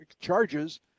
charges